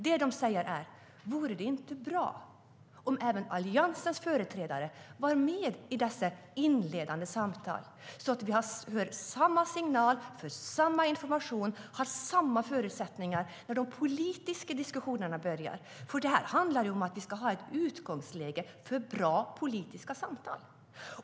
Och de undrar om det inte vore bra om även Alliansens företrädare är med i dessa inledande samtal så att de får samma signal, samma information och samma förutsättningar när de politiska diskussionerna börjar. Det handlar om att ha ett utgångsläge för bra politiska samtal.